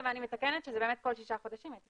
מתקנת שזה באמת כל שישה חודשים.